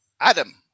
Adam